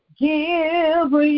give